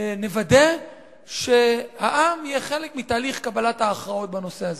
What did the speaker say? נוודא שהעם יהיה חלק מתהליך קבלת ההכרעות בנושא הזה.